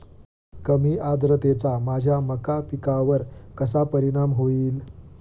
कमी आर्द्रतेचा माझ्या मका पिकावर कसा परिणाम होईल?